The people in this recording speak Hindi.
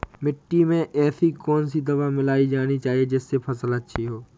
मिट्टी में ऐसी कौन सी दवा मिलाई जानी चाहिए जिससे फसल अच्छी हो?